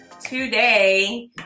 Today